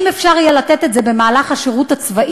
אם יהיה אפשר לתת את זה במהלך השירות הצבאי,